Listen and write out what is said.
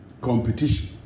competition